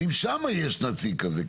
האם שם יש נציג כזה,